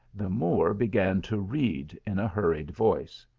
the moor began to read in a hurried voice.